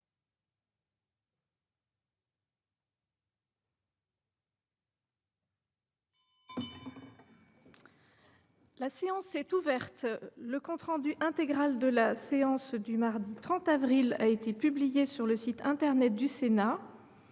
La séance est ouverte. Le compte rendu intégral de la séance du mardi 30 avril 2024 a été publié sur le site internet du Sénat.